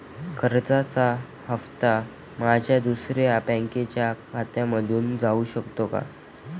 कर्जाचा हप्ता माझ्या दुसऱ्या बँकेच्या खात्यामधून जाऊ शकतो का?